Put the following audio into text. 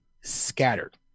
scattered